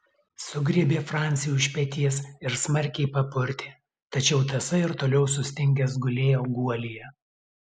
sugriebė francį už peties ir smarkiai papurtė tačiau tasai ir toliau sustingęs gulėjo guolyje